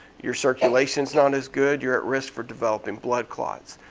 your circulation's not as good, you're at risk for developing blood clots.